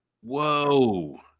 Whoa